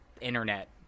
internet